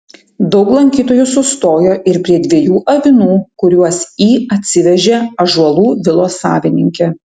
daug lankytojų sustojo ir prie dviejų avinų kuriuos į atsivežė ąžuolų vilos savininkė